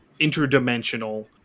interdimensional